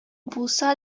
булса